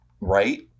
Right